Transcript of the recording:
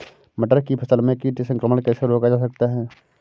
मटर की फसल में कीट संक्रमण कैसे रोका जा सकता है?